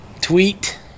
tweet